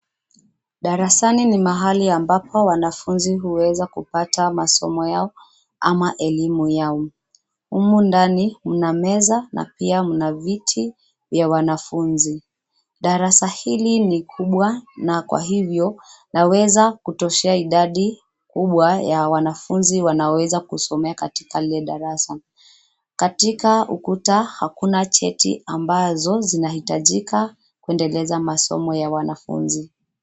Darasani ni mahali ambapo wanafunzi huweza kupata masomo yao, ama elimu yao. Humu ndani mna meza na pia mna viti ya wanafunzi. Darasa hili ni kubwa na kwa hivyo laweza kitoshea idadi kubwa ya wanafunzi wanaoweza kusomea katika lile darasa. Katika ukuta hakuna cheti ambazo zinahitajika kwendeleza masomo ya wanafunzi.